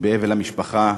באבל המשפחה,